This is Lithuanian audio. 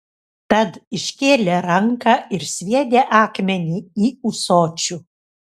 tad iškėlė ranką ir sviedė akmenį į ūsočių